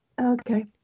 Okay